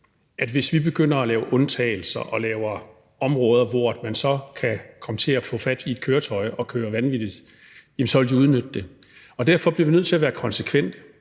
det, hvis vi begynder at lave undtagelser og områder, hvor de så kan få fat i et køretøj og køre vanvittigt. Derfor bliver vi nødt til at være konsekvente